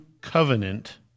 covenant